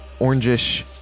orangish